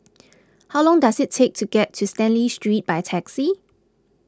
how long does it take to get to Stanley Street by taxi